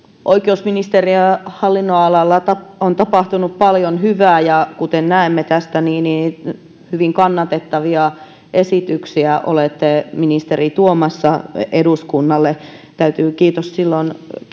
oikeusministeriön hallinnonalalla on tapahtunut paljon hyvää ja kuten näemme tästä niin niin hyvin kannatettavia esityksiä olette ministeri tuomassa eduskunnalle täytyy kiitos silloin